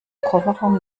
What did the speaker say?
kofferraum